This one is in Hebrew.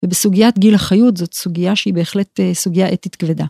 ובסוגיית גיל החיות זאת סוגיה שהיא בהחלט סוגיה אתית כבדה.